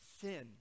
sin